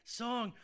song